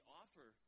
offer